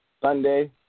Sunday